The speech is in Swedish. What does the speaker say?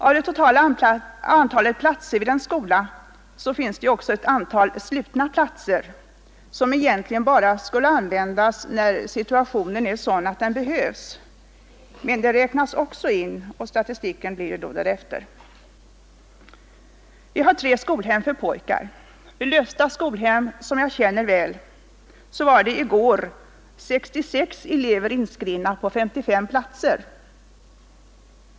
Av det totala antalet platser vid en skola är ett visst antal slutna platser, som egentligen bara skulle användas när situationen är sådan att de behövs. Men dessa platser räknas också in, och statistiken blir därefter. Vi har tre skolhem för pojkar. Vid Lövsta skolhem, som jag känner väl, var det i går 66 elever inskrivna på 55 platser.